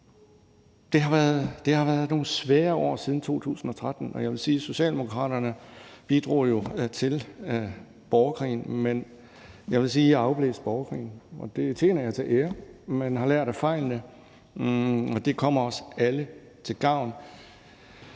Det har været nogle svære år siden 2013, og jeg vil sige, at Socialdemokraterne jo bidrog til borgerkrigen, men jeg vil sige, at I har afblæst borgerkrigen, og det tjener jer til ære. Man har lært af fejlene, og det kommer os alle til gavn,